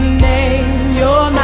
name your